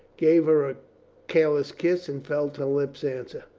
gave her a careless kiss and felt her lips answer.